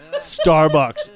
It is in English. Starbucks